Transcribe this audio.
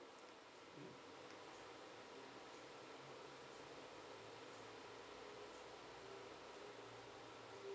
mm